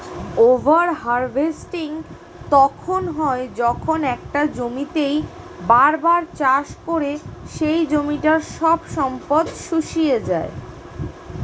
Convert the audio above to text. over harvesting তখন হয় যখন একটা জমিতেই বার বার চাষ করে সেই জমিটার সব সম্পদ শুষিয়ে যায়